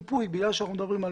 דבר נוסף מכיוון שאנחנו מדברים על